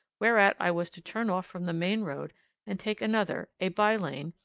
whereat i was to turn off from the main road and take another, a by-lane,